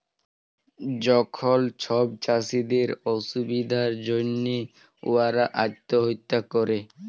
যখল ছব চাষীদের অসুবিধার জ্যনহে উয়ারা আত্যহত্যা ক্যরে